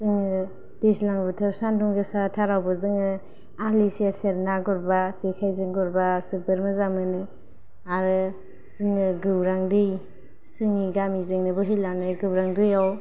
जोंङो दैज्लां बोथोर सानदुं गोसा थारावबो जोंङो आलि सेर सेर ना गुरबा जेखायजों गुरबा जोबोर मोजां मोनो आरो जोंङो गौरां दै जोंनि गामिजोंनो बोहैलांनाय गौरां दैआव